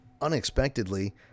unexpectedly